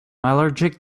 allergic